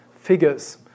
figures